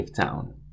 Town